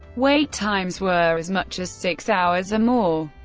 wait times were as much as six hours or more.